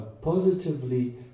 positively